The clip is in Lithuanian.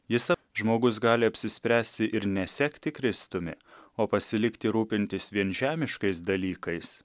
jis žmogus gali apsispręsti ir nesekti kristumi o pasilikti rūpintis vien žemiškais dalykais